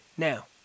Now